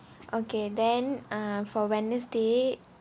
okay then uh for wednesday